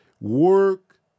work